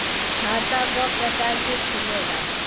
खाता क प्रकार के खुलेला?